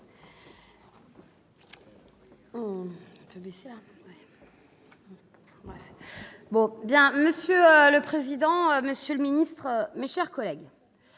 Monsieur le président, monsieur le ministre, mes chers collègues,